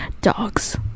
Dogs